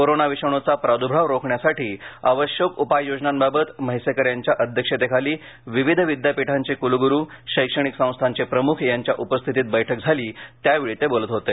corona विषाणूचा प्रादूर्भाव रोखण्यासाठी आवश्यक उपाययोजनांबाबत म्हैसेकर यांच्या अध्यक्षतेखाली विविध विद्यापीठांचे कुलगुरु शैक्षणिक संस्थांचे प्रमुख यांच्या उपस्थितीत बैठक झाली यावेळी ते बोलत होते